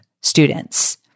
students